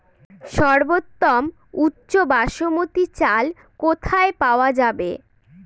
সর্বোওম উচ্চ বাসমতী চাল কোথায় পওয়া যাবে?